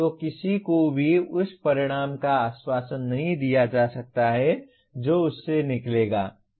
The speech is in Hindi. तो किसी को भी उस परिणाम का आश्वासन नहीं दिया जा सकता है जो उससे निकलेगा